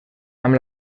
amb